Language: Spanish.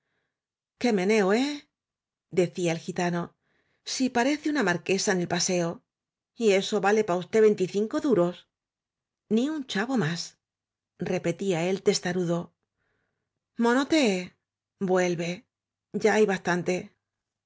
oué meneo ehrdecía el gitano si parece una marquesa en el paseo y eso vale para usted veinticinco duros ni un chavo másrepetía el testarudo monote vuelve ya hay bastante